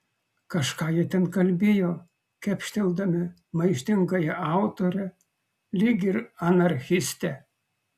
kažką jie ten kalbėjo kepšteldami maištingąją autorę lyg ir anarchistę